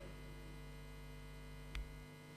סייג לזכאות לגמלת